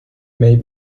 may